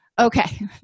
Okay